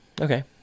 Okay